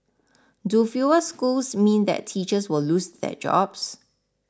do fewer schools mean that teachers will lose their jobs